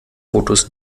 fotos